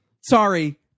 sorry